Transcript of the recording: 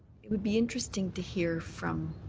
it would be interesting to hear from